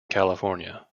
california